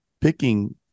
picking